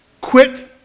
Quit